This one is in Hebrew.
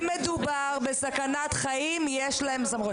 אם מדובר בסכנת חיים, יש להם סמכות.